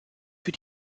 für